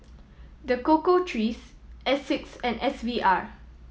The Cocoa Trees Asics and S V R